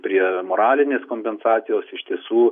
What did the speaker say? prie moralinės kompensacijos iš tiesų